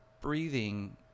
breathing